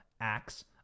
acts